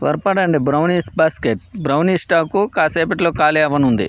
త్వరపడండి brownies basket brownies stock కాసేపట్లో ఖాళీ అవ్వనుంది